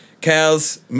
Cows